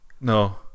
no